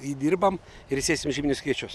įdirbam ir sėsim žieminius kviečius